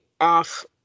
off